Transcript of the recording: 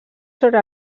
sobre